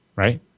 right